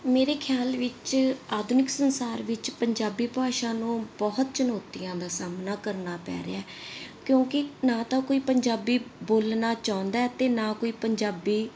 ਮੇਰੇ ਖਿਆਲ ਵਿੱਚ ਆਧੁਨਿਕ ਸੰਸਾਰ ਵਿੱਚ ਪੰਜਾਬੀ ਭਾਸ਼ਾ ਨੂੰ ਬਹੁਤ ਚੁਨੌਤੀਆਂ ਦਾ ਸਾਹਮਣਾ ਕਰਨਾ ਪੈ ਰਿਹਾ ਕਿਉਂਕਿ ਨਾ ਤਾਂ ਕੋਈ ਪੰਜਾਬੀ ਬੋਲਣਾ ਚਾਹੁੰਦਾ ਤੇ ਨਾ ਕੋਈ ਪੰਜਾਬੀ